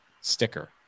sticker